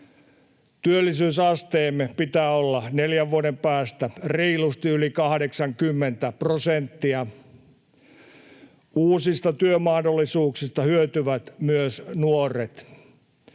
Työllisyysasteemme pitää olla neljän vuoden päästä reilusti yli 80 prosenttia. Uusista työmahdollisuuksista hyötyvät myös nuoret.